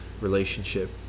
relationship